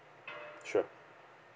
sure